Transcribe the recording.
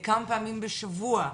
כמה פעמים בשבוע,